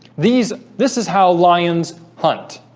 these this is how lions hunt